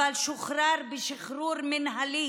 אבל שוחרר בשחרור מינהלי